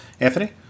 Anthony